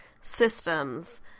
systems